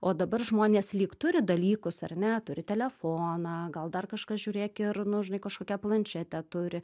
o dabar žmonės lyg turi dalykus ar ne turi telefoną gal dar kažkas žiūrėk ir nu žinai kažkokią planšetę turi